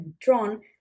drawn